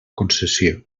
concessió